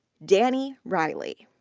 denni riley.